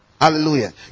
hallelujah